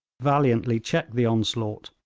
valiantly checked the onslaught,